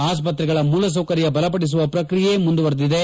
ಆಸ್ಪತ್ರೆಗಳ ಮೂಲಸೌಕರ್ಯ ಬಲಪಡಿಸುವ ಪ್ರಕ್ರಿಯೆ ಮುಂದುವರೆದಿದೆ